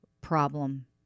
problem